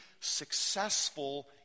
successful